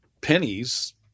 pennies